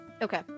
Okay